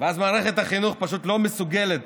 ואז מערכת החינוך פשוט לא מסוגלת